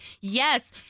yes